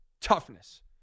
Toughness